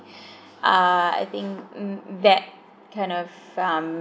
uh I think t~ that kind of um